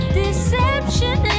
deception